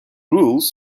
rules